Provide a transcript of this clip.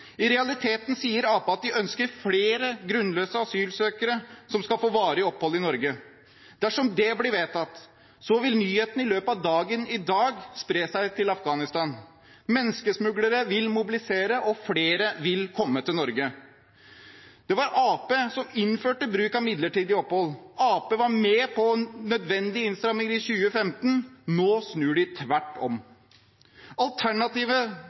I realiteten sier Arbeiderpartiet at de ønsker at flere grunnløse asylsøkere skal få varig opphold i Norge. Dersom det blir vedtatt, vil nyheten i løpet av dagen i dag spre seg til Afghanistan. Menneskesmuglere vil mobilisere, og flere vil komme til Norge. Det var Arbeiderpartiet som innførte bruk av midlertidig opphold. Arbeiderpartiet var med på nødvendige innstramminger i 2015. Nå snur de tvert om. Alternativet